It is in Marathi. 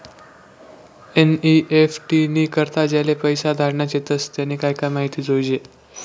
एन.ई.एफ.टी नी करता ज्याले पैसा धाडना शेतस त्यानी काय काय माहिती जोयजे